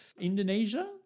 Indonesia